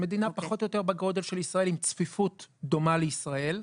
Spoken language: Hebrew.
מדינה פחות או יותר בגודל של ישראל עם צפיפות דומה לישראל.